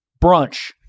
Brunch